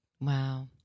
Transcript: Wow